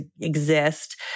exist